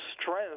strength